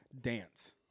dance